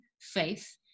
faith